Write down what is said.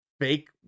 fake